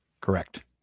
Correct